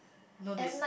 no they